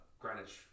Greenwich